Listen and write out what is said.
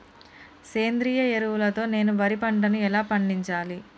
సేంద్రీయ ఎరువుల తో నేను వరి పంటను ఎలా పండించాలి?